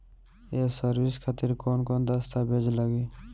ये सर्विस खातिर कौन कौन दस्तावेज लगी?